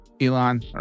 Elon